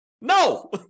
No